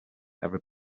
every